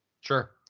Sure